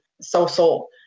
social